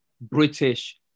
British